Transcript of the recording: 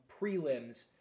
prelims